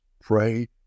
pray